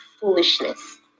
foolishness